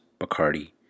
Bacardi